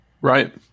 Right